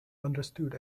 understood